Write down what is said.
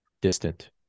distant